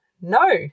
No